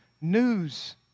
news